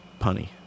Punny